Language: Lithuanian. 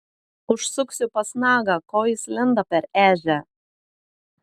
užsuksiu pas nagą ko jis lenda per ežią